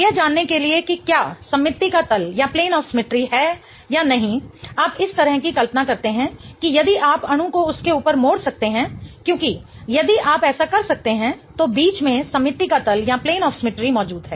यह जानने के लिए कि क्या सममिति का तल है या नहीं आप इस तरह की कल्पना करते हैं कि यदि आप अणु को उसके ऊपर मोड़ सकते हैं क्योंकि यदि आप ऐसा कर सकते हैं तो बीच में सममिति का तल मौजूद है